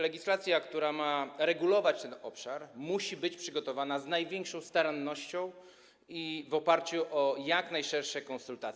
Legislacja, która ma regulować ten obszar, musi być przygotowana z największą starannością i w oparciu o jak najszersze konsultacje.